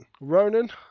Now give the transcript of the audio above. Ronan